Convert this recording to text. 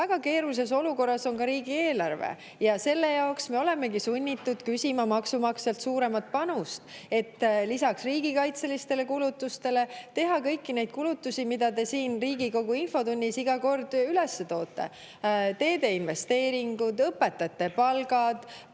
väga keerulises olukorras on ka riigieelarve ja selle jaoks me olemegi sunnitud küsima maksumaksjalt suuremat panust, et lisaks riigikaitselistele kulutustele teha kõiki neid kulutusi, mida te siin Riigikogu infotunnis iga kord välja toote. Teedeinvesteeringud, õpetajate palgad,